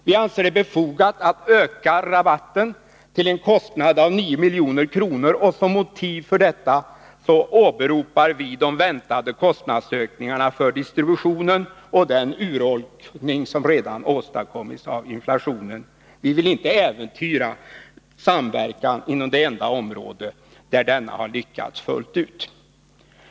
Vi anser det befogat att öka rabatten till en merkostnad av 9 milj.kr., och som motiv för detta åberopar vi de väntade kostnadsökningarna för distributionen och den urholkning som redan åstadkommits av inflationen. Vi vill inte äventyra samverkan inom det enda område, där den har lyckats fullt ut.